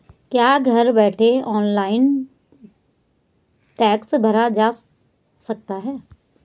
क्या घर बैठे ऑनलाइन टैक्स भरा जा सकता है?